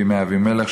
מימי אבימלך,